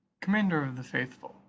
commander of the faithful,